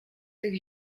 tych